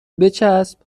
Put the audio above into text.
بچسب